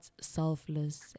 selfless